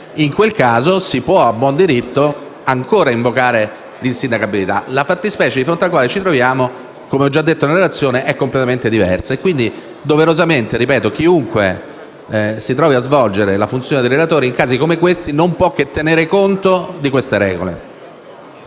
In quel caso si può a buon diritto ancora invocare l'insindacabilità. La fattispecie di fronte alla quale ci troviamo - come ho già detto nella relazione - è completamente diversa e quindi, doverosamente, chiunque si trovi a svolgere la funzione di relatore in casi come questi non può che tenere conto delle regole